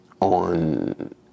on